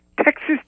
Texas